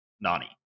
Nani